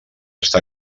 està